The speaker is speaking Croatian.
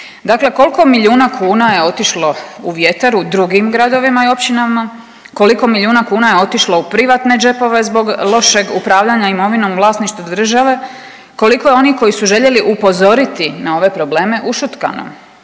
Dakle, koliko milijuna kuna je otišlo u vjetar u drugim gradovima i općinama, koliko milijuna kuna je otišlo u privatne džepove zbog lošeg upravljanja imovinom u vlasništvu države, koliko je onih koji su željeli upozoriti na ove probleme ušutkano.